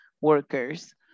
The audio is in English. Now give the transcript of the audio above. workers